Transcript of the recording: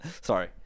sorry